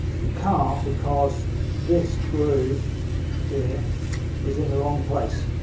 you can't because this groove here is in the wrong place.